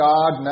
God